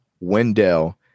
Wendell